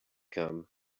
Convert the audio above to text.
come